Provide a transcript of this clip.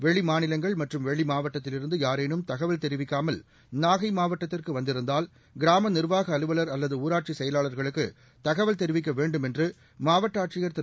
வெளிமாநிலங்கள் மற்றும் வெளி மாவட்டத்தில் இருந்து யாரேனும் தகவல் தெரிவிக்காமல் நாகை மாவட்டத்திற்கு வந்திருந்தால் கிராம நிர்வாக அலுவல் அல்லது ஊராட்சி செயலாளர்களுக்கு தகவல் தெரிவிக்க வேண்டும் என்று மாவட்ட ஆட்சியர் திரு